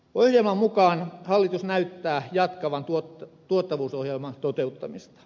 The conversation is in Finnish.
ohjelman mukaan hallitus näyttää jatkavan tuottavuusohjelman toteuttamista